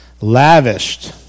Lavished